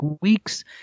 weeks